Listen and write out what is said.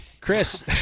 chris